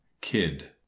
kid